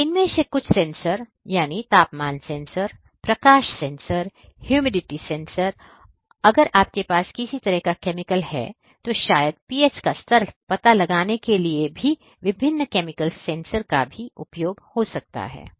तो इनमें से कुछ सेंसर तापमान सेंसर प्रकाश सेंसर ह्यूमिडिटी सेंसर है और अगर आपके पास किसी तरह का केमिकल है तो शायद पीएच स्तर का पता लगाने के लिए ये विभिन्न केमिकल सेंसर का भी उपयोग हो सकता है